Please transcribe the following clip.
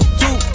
two